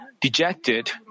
dejected